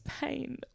pain